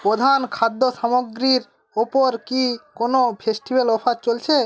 প্রধান খাদ্য সামগ্রীর উপর কি কোনো ফেস্টিভাল অফার চলছে